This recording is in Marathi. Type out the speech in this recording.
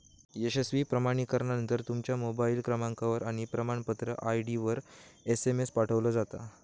यशस्वी प्रमाणीकरणानंतर, तुमच्या मोबाईल क्रमांकावर आणि प्रमाणपत्र आय.डीवर एसएमएस पाठवलो जाता